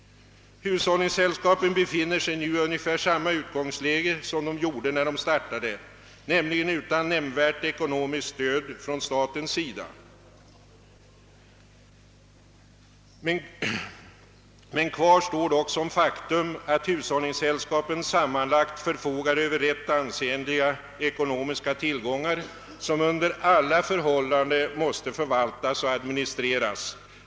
Hushållningssällskapen befinner sig nu i ungefär samma utgångsläge som de gjorde vid starten, nämligen utan nämnvärt ekonomiskt stöd från statens sida. Kvar står dock det faktum att hushållningssällskapen sammanlagt förfogar över ganska ansenliga ekonomiska tillgångar, som under alla förhållanden måste förvaltas och administreras.